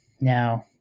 Now